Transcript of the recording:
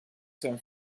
zijn